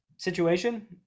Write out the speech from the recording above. situation